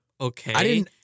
Okay